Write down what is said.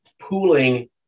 pooling